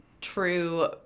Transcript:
true